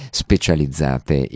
specializzate